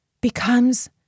becomes